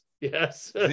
Yes